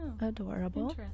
Adorable